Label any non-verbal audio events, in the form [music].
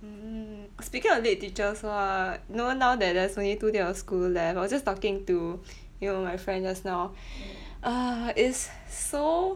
mm speaking of lit teachers what know that there's only two day of school left I was just talking to [breath] you know my friend just now [breath] ah is so